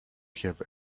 have